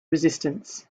resistance